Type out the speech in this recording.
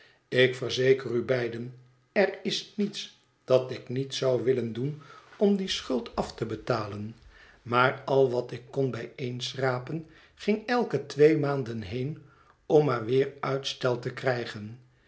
ik verzeker u beiden er is niets dat ik niet zou willen doen om die schuld af te betalen maar al wat ik kon bijeenschrapen ging elke twee maanden heen om maar weer uitstel te krijgen